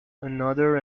another